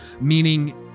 meaning